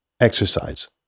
exercise